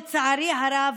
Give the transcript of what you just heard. לצערי הרב,